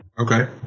Okay